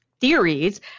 theories